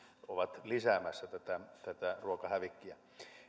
ovat lisäämässä tätä tätä ruokahävikkiä